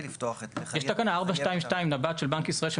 לפתוח --- יש תקנה 4.2.2 של בנק ישראל,